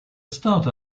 start